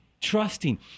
trusting